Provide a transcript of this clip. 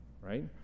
right